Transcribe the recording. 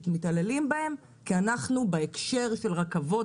כי מתעללים בהם כי אנחנו בהקשר של רכבות